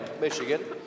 Michigan